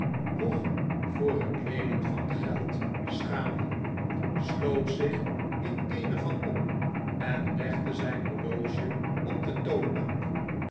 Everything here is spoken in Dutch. nog voor het leenen van geld schamen sloot zich in een er van op en legde zijn horloge op de toonbank